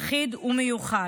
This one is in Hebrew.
יחיד ומיוחד.